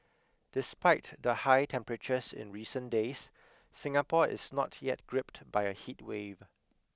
despite the high temperatures in recent days Singapore is not yet gripped by a heatwave